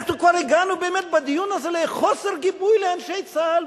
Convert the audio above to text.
אנחנו כבר הגענו באמת בדיון הזה לחוסר גיבוי לאנשי צה"ל,